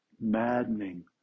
maddening